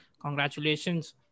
Congratulations